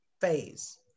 phase